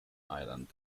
island